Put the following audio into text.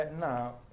Now